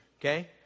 Okay